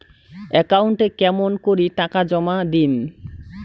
একাউন্টে কেমন করি টাকা জমা দিম?